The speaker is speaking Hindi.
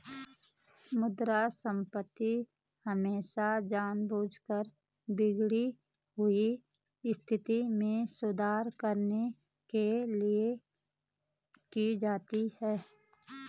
मुद्रा संस्फीति हमेशा जानबूझकर बिगड़ी हुई स्थिति में सुधार करने के लिए की जाती है